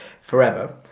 forever